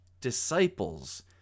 disciples